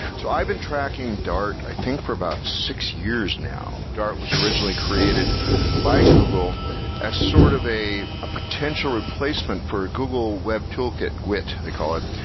so i've been tracking dart i think for about six years now. dart was originally created by google as sort of a potential replacement for google web toolkit, gwt they call it,